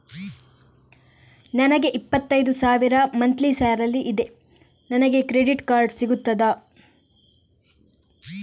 ನನಗೆ ಇಪ್ಪತ್ತೈದು ಸಾವಿರ ಮಂತ್ಲಿ ಸಾಲರಿ ಇದೆ, ನನಗೆ ಕ್ರೆಡಿಟ್ ಕಾರ್ಡ್ ಸಿಗುತ್ತದಾ?